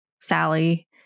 Sally